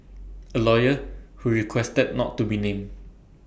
A lawyer who requested not to be named